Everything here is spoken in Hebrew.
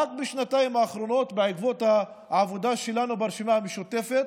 בעקבות העבודה שלנו ברשימה המשותפת,